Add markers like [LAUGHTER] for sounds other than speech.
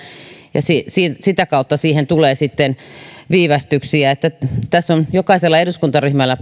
ja sitä kautta siihen tulee sitten viivästyksiä että tässä on jokaisella eduskuntaryhmällä [UNINTELLIGIBLE]